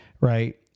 right